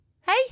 hey